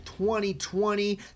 2020